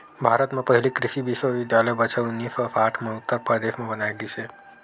भारत म पहिली कृषि बिस्वबिद्यालय बछर उन्नीस सौ साठ म उत्तर परदेस म बनाए गिस हे